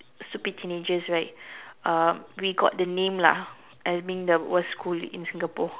stupid teenagers right um we got the name lah at being the worst school in Singapore